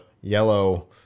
yellow